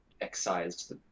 excised